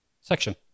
section